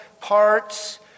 parts